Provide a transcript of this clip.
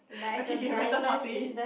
okay K better not say it